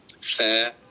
fair